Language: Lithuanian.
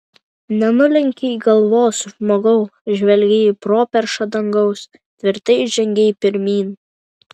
nenulenkei galvos žmogau žvelgei į properšą dangaus tvirtai žengei pirmyn